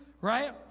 right